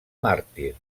màrtir